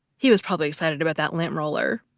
he was probably excited about that lint roller.